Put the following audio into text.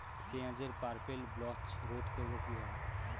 পেঁয়াজের purple blotch রোধ করবো কিভাবে?